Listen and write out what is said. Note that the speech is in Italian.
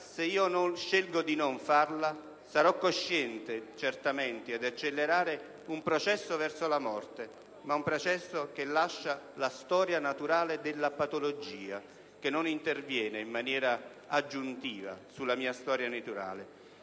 Se scelgo di non farla sono certamente cosciente di accelerare un processo verso la morte; ma è un processo che lascia la storia naturale della patologia, che non interviene in maniera aggiuntiva sulla mia storia naturale.